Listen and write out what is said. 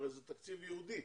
הרי זה תקציב ייעודי